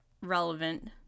relevant